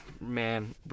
man